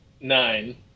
nine